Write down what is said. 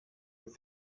with